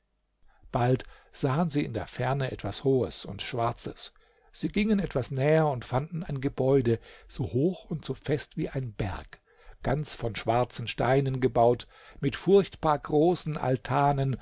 bald sahen sie in der ferne etwas hohes und schwarzes sie gingen etwas näher und fanden ein gebäude so hoch und so fest wie ein berg ganz von schwarzen steinen gebaut mit furchtbar großen altanen